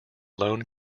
lone